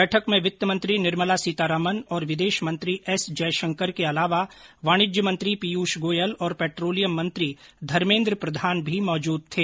बैठक में वित्तमंत्री निर्मला सीतारामन और विदेश मंत्री एस जयशंकर के अलावा वाणिज्य मंत्री पीयूष गोयल और पेट्रोलियम मंत्री धर्मेन्द्र प्रधान भी मौजूद थे